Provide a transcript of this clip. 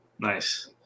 Nice